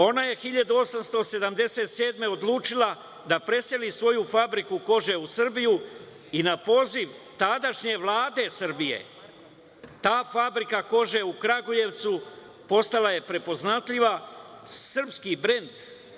Ona je 1877. godine odlučila da preseli svoju fabriku kože u Srbiju i na poziv tadašnje Vlade Srbije, ta Fabrika kože u Kragujevcu postala je prepoznatljiv srpski brend.